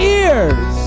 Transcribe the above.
ears